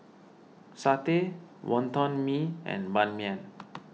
Satay Wonton Mee and Ban Mian